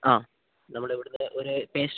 ആ നമ്മൾ ഇവിടുത്തെ ഒരു പേഷ്